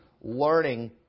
learning